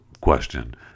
question